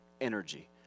energy